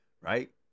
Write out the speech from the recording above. right